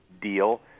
deal